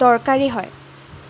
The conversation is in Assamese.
দৰকাৰী হয়